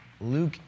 Luke